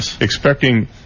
expecting